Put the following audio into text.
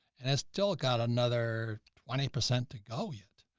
and i still got another twenty percent to go yet.